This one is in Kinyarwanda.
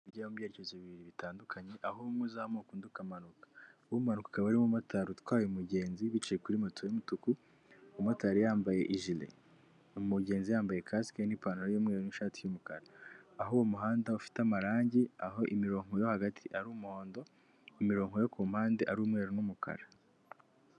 Ingiyi mu byereke bibiri bitandukanye aho umuzamuka undi ukamanuka ukaba ari umumotari utwaye umugenzi bicaye kuri moto y'umutuku umumotari yambaye ijile umugenzi yambaye kasike n'ipantaro y'umweru n'ishati y'umukara aho uwo muhanda ufite amarangi aho imirongo yo hagati ari umuhondo imirongo yo ku mpande ari umweru n'umukara.